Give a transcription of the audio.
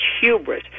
hubris